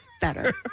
better